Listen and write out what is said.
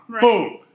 boom